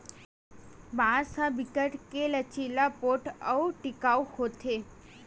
बांस ह बिकट के लचीला, पोठ अउ टिकऊ होथे